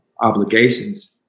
obligations